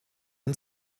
und